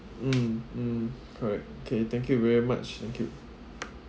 mm mm correct okay thank you very much thank you